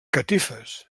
catifes